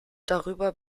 darüber